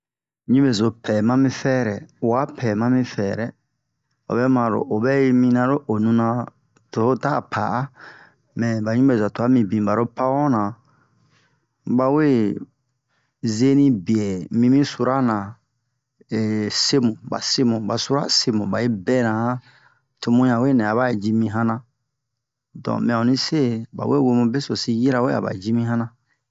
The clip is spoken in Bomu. ɲubezo pɛ mami fɛrɛ uwa pɛ mami fɛrɛ o bɛ maro obɛ yi mina lo onu na to ho ta a pa'a mɛ ba ɲubeza tua mibin baro pa'on na ba we zeni biɛ mimi sura na semu ba semu ba sura semu ba yi bɛna han to mu yan we nɛ a ba ji mi hana don mɛ onni se bawe we mu besosi yirawe a ba ji mi hana